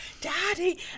daddy